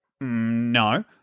No